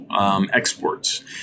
exports